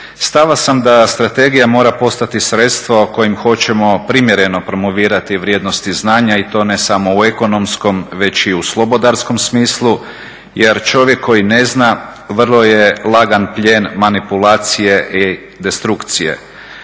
Stava sam da strategija mora postati sredstvo kojim hoćemo primjereno promovirati vrijednost i znanja i to ne samo u ekonomskom, već i u slobodarskom smislu jer čovjek koji ne zna vrlo je lagan plijen manipulacije i destrukcije.